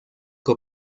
que